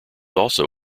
also